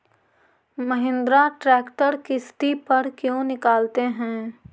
Mahindra tractor किसति पर क्यों निकालते हैं?